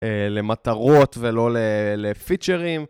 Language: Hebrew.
למטרות ולא לפיצ'רים.